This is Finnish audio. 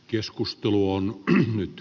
keskustelu on nyt